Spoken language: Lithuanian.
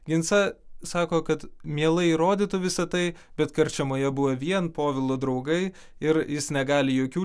ginsa sako kad mielai įrodytų visa tai bet karčiamoje buvo vien povilo draugai ir jis negali jokių